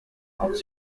hors